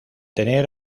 tener